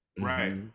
Right